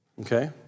Okay